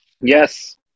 Yes